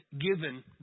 given